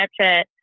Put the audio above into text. Snapchat